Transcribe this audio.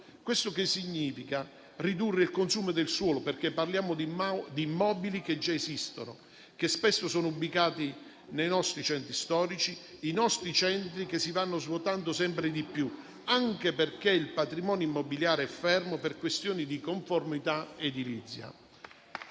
Questo significa ridurre il consumo del suolo, perché parliamo di immobili che già esistono e che spesso sono ubicati nei nostri centri storici; centri che si vanno svuotando sempre di più, anche perché il patrimonio immobiliare è fermo per questioni di conformità edilizia.